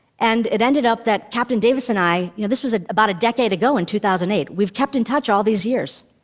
and it ended up that captain davis and i you know, this was about a decade ago, in two thousand and eight we've kept in touch all these years.